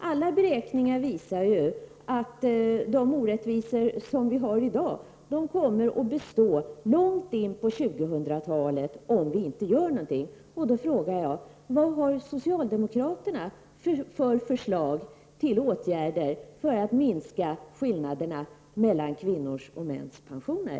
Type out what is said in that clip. Alla beräkningar visar att de orättvisor som finns i dag kommer att bestå långt in på 2000-talet om vi inte gör någonting. Därför frågar jag: Vilka förslag till åtgärder har socialdemokraterna när det gäller att minska skillnaden mellan kvinnors och mäns pensioner?